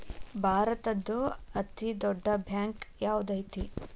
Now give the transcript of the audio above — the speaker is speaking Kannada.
ಭಾರತದ್ದು ಅತೇ ದೊಡ್ಡ್ ಬ್ಯಾಂಕ್ ಯಾವ್ದದೈತಿ?